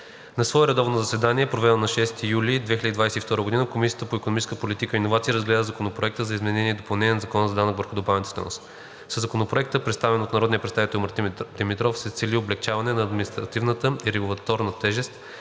На свое редовно заседание, проведено на 6 юли 2022 г., Комисията по икономическа политика и иновации разгледа Законопроекта за изменение и допълнение на Закона за данък върху добавената стойност. Със Законопроекта, представен от народния представител Мартин Димитров, се цели облекчаване на административната и регулаторната тежест